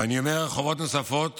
ואני אומר חובות נוספות